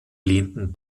lehnten